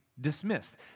dismissed